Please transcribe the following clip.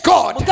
God